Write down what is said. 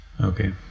Okay